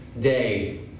day